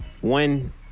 One